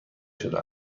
شده